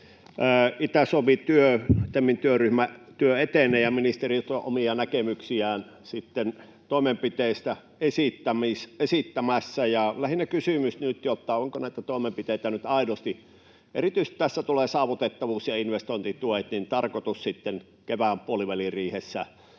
Itä-Suomi-työ, TEMin työryhmätyö etenee, ja ministeriö tuo omia näkemyksiään ja sitten toimenpiteitä esittää. Lähinnä kysymys on nyt se, onko näitä toimenpiteitä aidosti — erityisesti tässä tulevat saavutettavuus ja investointituet — tarkoitus sitten kevään puoliväliriihessä